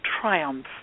triumph